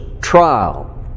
trial